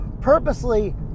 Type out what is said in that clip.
purposely